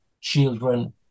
children